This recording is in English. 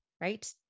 right